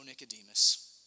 Nicodemus